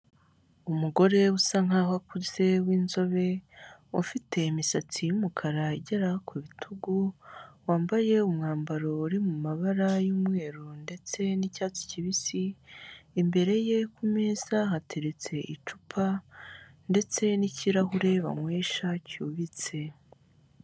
Umugore usa nk'aho akuze w'inzobe ufite imisatsi y'umukara igera ku bitugu, wamabye umwambaro uri mu ibara ry'umweru ndetse n'icyatsi kibisi, imbere ye ku meza hateretse icupa ndetse n'ikirahure banywesha cyubitse.